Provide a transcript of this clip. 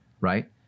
right